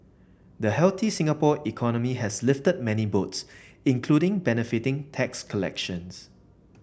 the healthy Singapore economy has lifted many boats including benefiting tax collections